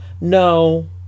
No